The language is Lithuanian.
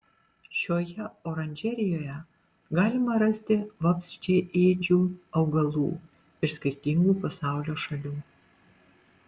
šioje oranžerijoje galima rasti vabzdžiaėdžių augalų iš skirtingų pasaulio šalių